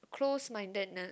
close mindedness